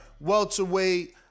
welterweight